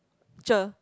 ~cher